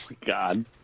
God